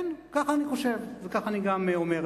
כן, כך אני חושב וכך אני גם אומר.